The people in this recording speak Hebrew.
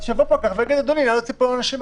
שיבוא פקח ויגיד שאין שם איקס אנשים.